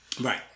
Right